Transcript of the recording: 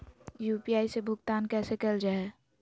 UPI से भुगतान कैसे कैल जहै?